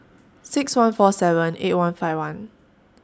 six one four seven eight one five one